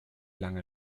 lange